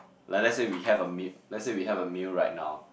like let's say we have a meal let's say we have a meal right now